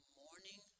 morning